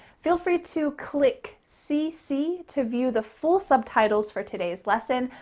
feel free to click cc to view the full subtitles for today's lesson.